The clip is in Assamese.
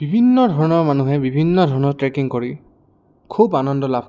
বিভিন্ন ধৰণৰ মানুহে বিভিন্ন ধৰণৰ ট্ৰেকিং কৰি খুব আনন্দ লাভ কৰে